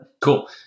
Cool